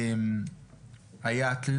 איאת,